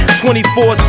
24